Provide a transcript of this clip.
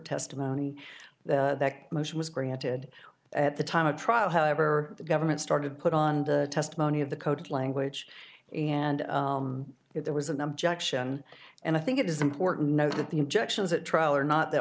testimony that motion was granted at the time of trial however the government started to put on the testimony of the code language and if there was an objection and i think it is important to note that the objections at trial are not the